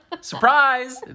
surprise